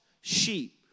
sheep